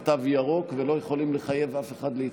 תו ירוק ולא יכולים לחייב אף אחד להתחסן,